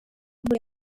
muri